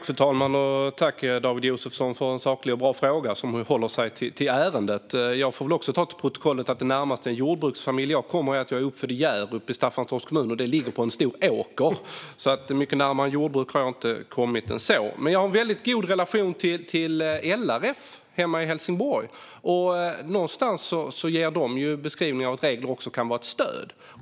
Fru talman! Tack, David Josefsson, för en saklig och bra fråga som har med ärendet att göra! Jag får också meddela till protokollet att jag är uppvuxen i Hjärup i Staffanstorps kommun. Det ligger på en stor åker. Mycket närmare en bakgrund inom jordbruk än så kommer jag inte. Jag har dock en mycket god relation till LRF hemma i Helsingborg. De beskriver att regler också kan vara ett stöd.